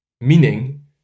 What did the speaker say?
meaning